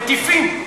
מטיפים,